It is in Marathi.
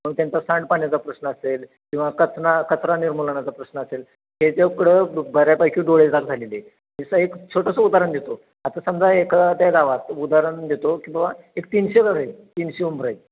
मग त्यांचा सांडपाण्याचा प्रश्न असेल किंवा कचरा कचरा निर्मूलनाचा प्रश्न असेल ह्याच्याकडं बऱ्यापैकी डोळेझाक झालेली आहे एक छोटंसं उदाहरण देतो आता समजा एखाद्या गावात उदाहरण देतो की बाबा एक तीनशे घरं आहेत तीनशे उंबरं आहे